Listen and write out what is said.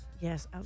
Yes